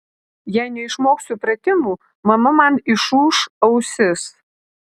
jei neišmoksiu pratimų mama man išūš ausis